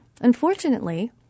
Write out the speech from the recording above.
Unfortunately